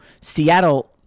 Seattle